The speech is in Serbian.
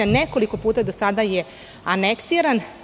Nekoliko puta do sada je aneksiran.